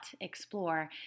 explore